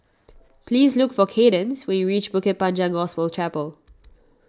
please look for Cadence when you reach Bukit Panjang Gospel Chapel